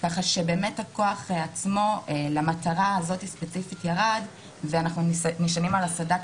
כך שהכוח למטרה הספציפית הזו ירד ואנחנו נשענים על סד"כ